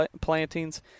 plantings